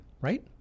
Right